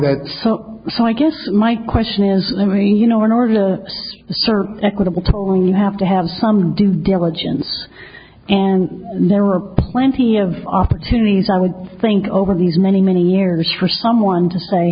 up so i guess my question is let me you know in order to assert equitable poling you have to have some due diligence and there are plenty of opportunities i would think over these many many years for someone to say